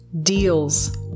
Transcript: deals